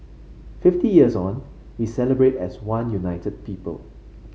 fifty years on we celebrate as one united people